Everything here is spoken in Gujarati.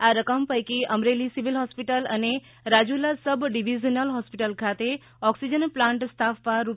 આ રકમ પૈકી અમરેલી સિવિલ હોસ્પીટલ અને રાજુલા સબ ડીવીઝનલ હોસ્પીટલ ખાતે ઓક્સિજન પ્લાન્ટ સ્થાપવા રૂ